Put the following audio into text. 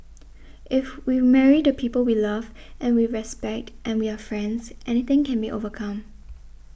if we marry the people we love and we respect and we are friends anything can be overcome